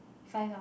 five ah